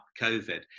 COVID